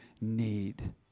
need